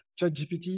ChatGPT